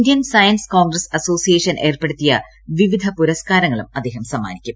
Indian science congress association ഏർപ്പെടുത്തിയ വിവിധ പുരസ്ക്കാരങ്ങളും അദ്ദേഹം സമ്മാനിക്കും